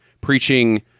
preaching